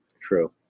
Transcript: True